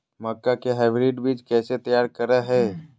मक्का के हाइब्रिड बीज कैसे तैयार करय हैय?